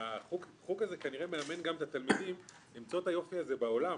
החוג הזה כנראה מאמן גם את התלמידים למצוא את היופי הזה בעולם,